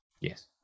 Yes